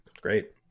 Great